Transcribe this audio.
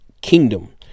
kingdom